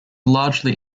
largely